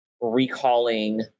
recalling